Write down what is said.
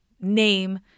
name